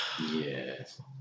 yes